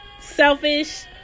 selfish